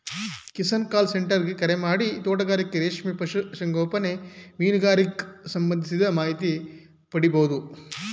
Kisan call centre ಗೆ ಕರೆಮಾಡಿ ತೋಟಗಾರಿಕೆ ರೇಷ್ಮೆ ಪಶು ಸಂಗೋಪನೆ ಮೀನುಗಾರಿಕೆಗ್ ಸಂಬಂಧಿಸಿದ ಮಾಹಿತಿ ಪಡಿಬೋದು